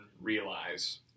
realize